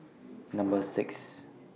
Number six